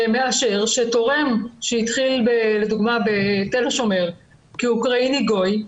שמאשר שתורם שהתחיל לדוגמה בתל השומר כאוקראיני גוי,